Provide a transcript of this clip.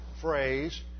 phrase